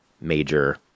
major